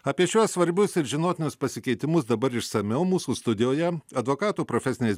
apie šiuos svarbius ir žinotinus pasikeitimus dabar išsamiau mūsų studijoje advokatų profesinės